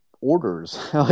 orders